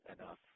enough